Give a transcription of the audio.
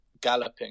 galloping